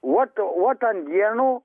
vot vot ant dienų